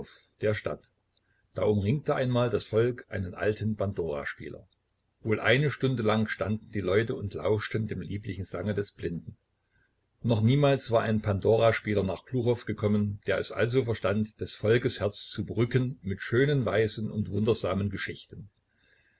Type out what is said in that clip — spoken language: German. der stadt da umringte einmal das volk einen alten pandoraspieler wohl eine stunde lang standen die leute und lauschten dem lieblichen sange des blinden noch niemals war ein pandoraspieler nach gluchow gekommen der es also verstand des volkes herz zu berücken mit schönen weisen und wundersamen geschichten